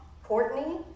Courtney